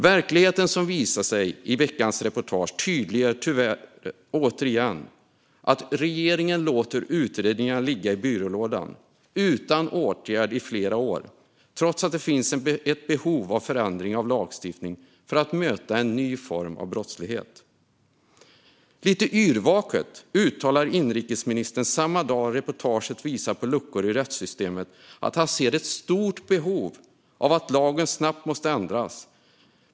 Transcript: Verkligheten som visat sig i veckans reportage tydliggör tyvärr återigen att regeringen låter utredningar ligga i byrålådan utan åtgärd i flera år trots att det finns ett behov av förändring av lagstiftningen för att möta en ny form av brottslighet. Lite yrvaket uttalar inrikesministern samma dag att reportaget visar på luckor i rättssystemet och att han ser ett stort behov av att lagen snabbt ändras.